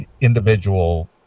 individual